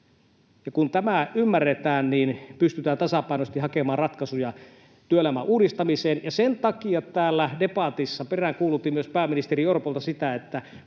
Kun tämä ymmärretään, niin pystytään tasapainoisesti hakemaan ratkaisuja työelämän uudistamiseen. Ja sen takia täällä debatissa peräänkuulutin myös pääministeri Orpolta sitä, että